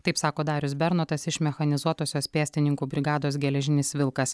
taip sako darius bernotas iš mechanizuotosios pėstininkų brigados geležinis vilkas